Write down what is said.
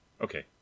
Okay